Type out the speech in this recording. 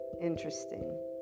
interesting